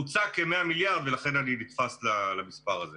ספר לנו מה קרה לך מהרגע שנזקקת לסיוע בעקבות משבר הקורונה.